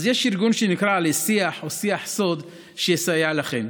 אז יש ארגון שנקרא "עלי שיח" או "שיח סוד" שיסייע לכם,